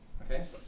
Okay